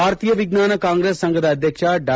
ಭಾರತೀಯ ವಿಜ್ಞಾನ ಕಾಂಗ್ರೆಸ್ ಸಂಘದ ಅಧ್ಯಕ್ಷ ಡಾ